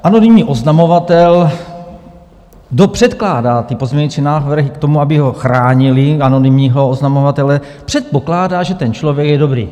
Anonymní oznamovatel kdo předkládá ty pozměňující návrhy k tomu, aby ho chránily, anonymního oznamovatele, předpokládá, že ten člověk je dobrý.